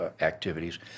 activities